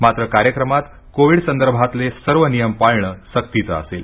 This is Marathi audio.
मात्र कार्यक्रमात कोविड संदर्भातले सर्व नियम पाळणं सक्तीचं असेल